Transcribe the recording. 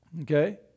Okay